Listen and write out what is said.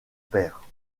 père